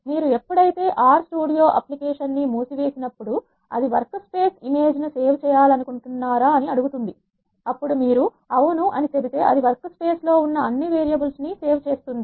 మీరు ఎప్పుడైతే R studio application ను మూసి వేసినప్పుడు అది వర్క్ స్పేస్ ఇమేజ్ ని సేవ్ చేయాలనుకుంటున్నారా అని అడుగుతుంది మీరు అవును అని చెబితే అది వర్క్ స్పేస్ లో ఉన్న అన్ని వేరియబుల్స్ ను సేవ్ చేస్తుంది